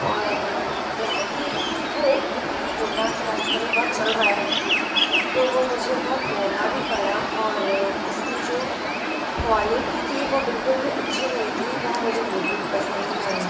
और जैसा कि वो उन्होंने बोला कि आजकल ये बहुत चल रहा है तो वो मुझे बहुत महंगा भी पड़ा और उसकी जो क्वालिटी थी वो बिल्कुल भी अच्छी नहीं थी वह मुझे बिल्कुल पसंद नहीं आया